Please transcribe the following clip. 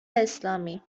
اسلامی